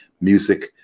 music